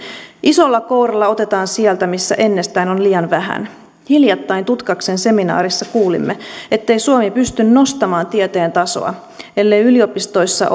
isolla kouralla otetaan sieltä missä ennestään on liian vähän hiljattain tutkaksen seminaarissa kuulimme ettei suomi pysty nostamaan tieteen tasoa ellei yliopistoissa